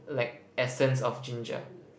like essence of ginger